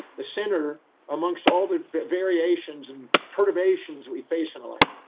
the center amongst all the variations and perturbations we face in life.